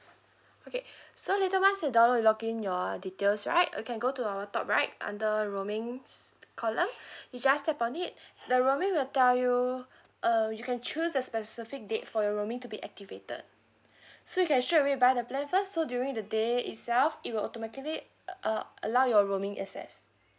okay so later once you download you log in your details right you can go to our top right under roaming column you just tap on it the roaming will tell you uh you can choose the specific date for your roaming to be activated so you can straightaway buy the plan first so during the day itself it will automatically uh allow your roaming access